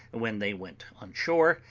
when they went on shore,